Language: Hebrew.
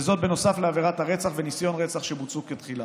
וזאת נוסף לעבירת הרצח וניסיון רצח שהוצעו בתחילה.